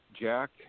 Jack